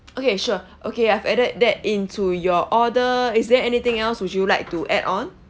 okay sure okay I've added that into your order is there anything else would you like to add on